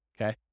okay